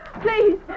Please